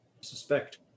suspect